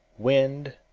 wind,